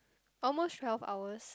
almost twelve hours